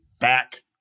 back